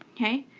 okay.